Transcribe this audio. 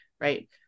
Right